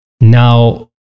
Now